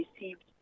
received